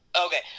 okay